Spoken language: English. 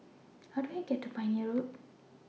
How Do I get to Pioneer Road